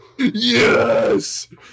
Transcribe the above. Yes